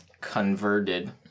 converted